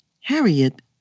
Harriet